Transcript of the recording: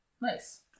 nice